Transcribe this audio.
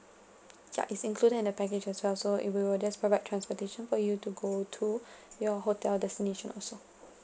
ya it's included in the package as well so it will we'll just provide transportation for you to go to your hotel destination also